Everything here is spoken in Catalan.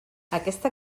aquesta